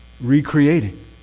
recreating